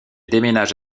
déménage